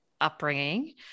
upbringing